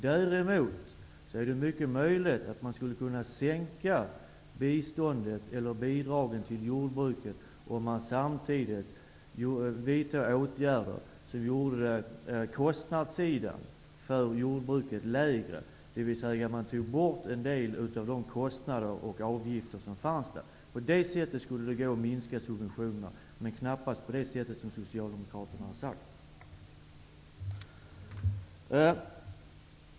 Däremot är det mycket möjligt att man skulle kunna sänka bidragen till jordbruket om man samtidigt vidtog åtgärder som gjorde kostnaderna lägre för jordbruket, dvs. att man tog bort en del av de kostnader och avgifter som finns. På det sättet skulle det gå att minska subventionerna, men knappast på det sätt som Socialdemokraterna har sagt.